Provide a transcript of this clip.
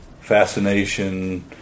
fascination